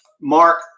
Mark